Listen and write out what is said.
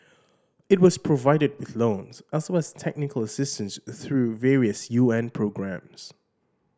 it was provided with loans as well as technical assistance through various U N programmes